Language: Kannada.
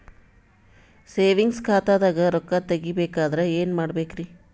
ಸೇವಿಂಗ್ಸ್ ಖಾತಾದಾಗ ರೊಕ್ಕ ತೇಗಿ ಬೇಕಾದರ ಏನ ಮಾಡಬೇಕರಿ?